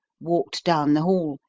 walked down the hall,